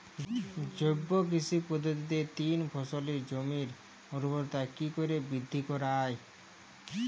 জৈব কৃষি পদ্ধতিতে তিন ফসলী জমির ঊর্বরতা কি করে বৃদ্ধি করা য়ায়?